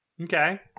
Okay